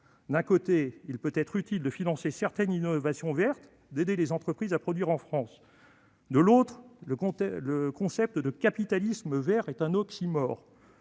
D'un côté, il peut être utile de financer certaines innovations vertes et d'aider les entreprises à produire en France. De l'autre, le concept de « capitalisme vert » est un oxymore.